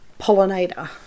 pollinator